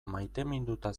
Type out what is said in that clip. maiteminduta